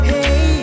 Hey